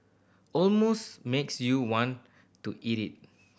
almost makes you want to eat it